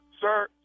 sir